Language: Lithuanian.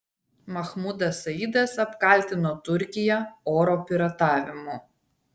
mahmudas saidas apkaltino turkiją oro piratavimu